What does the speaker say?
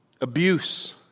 abuse